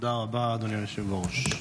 תודה רבה, אדוני היושב-ראש.